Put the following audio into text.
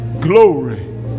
glory